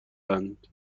اند